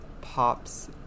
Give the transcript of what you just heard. Pops